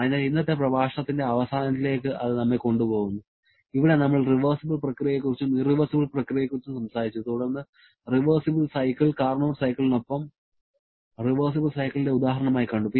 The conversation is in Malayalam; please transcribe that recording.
അതിനാൽ ഇന്നത്തെ പ്രഭാഷണത്തിന്റെ അവസാനത്തിലേക്ക് അത് നമ്മെ കൊണ്ടുപോകുന്നു ഇവിടെ നമ്മൾ റിവേഴ്സിബിൾ പ്രക്രിയയെ കുറിച്ചും ഇറവെർസിബിൾ പ്രക്രിയയെ കുറിച്ചും സംസാരിച്ചു തുടർന്ന് റിവേർസിബിൾ സൈക്കിൾ കാർനോട്ട് സൈക്കിളിനൊപ്പം റിവേർസിബിൾ സൈക്കിളിന്റെ ഉദാഹരണമായി കണ്ടു